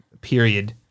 period